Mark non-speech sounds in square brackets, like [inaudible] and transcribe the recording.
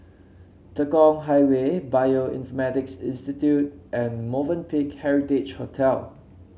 Tekong Highway [unintelligible] Institute and Movenpick Heritage Hotel